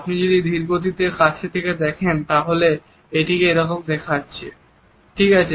আপনি যদি ধীরগতিতে কাছ থেকে দেখেন তাহলে এটিকে এরকম দেখাচ্ছে ঠিক আছে